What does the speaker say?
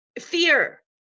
Fear